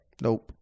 Nope